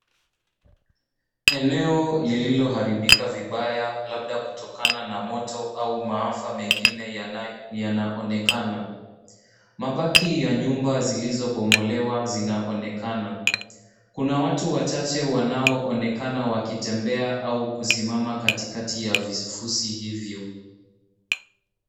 Eneo lililoharibika vibaya labda kutokana na moto au maafa mengine yanaonekana. Mabaki ya nyumba zilizobomolewa zinaonekana. Kuna watu wachache wanaoonekana wakitembea au kusimama katikati ya vifusi hivyo.